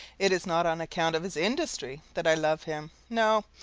it is not on account of his industry that i love him no,